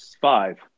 five